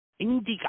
Indica